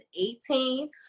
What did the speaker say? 2018